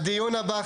הדיון הבא,